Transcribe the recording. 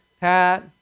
Pat